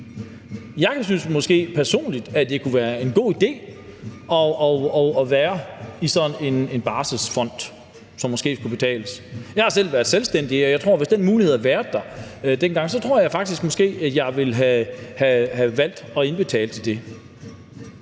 Jeg synes personligt, at det måske kunne være en god idé at være i sådan en barselsfond, som man måske skulle betale til. Jeg har selv været selvstændig, og jeg tror, at hvis den mulighed havde været der dengang, ville jeg måske have valgt at indbetale til det.